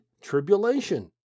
tribulation